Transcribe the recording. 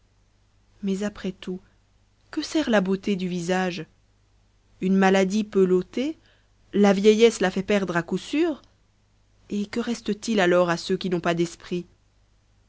mais après tout que sert la beauté du visage une maladie peut l'ôter la vieillesse la fit perdre à coup sûr et que reste-t-il alors à ceux qui n'ont pas d'esprit